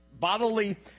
bodily